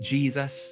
Jesus